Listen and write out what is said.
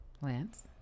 lance